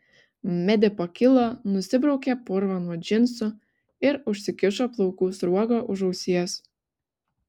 medė pakilo nusibraukė purvą nuo džinsų ir užsikišo plaukų sruogą už ausies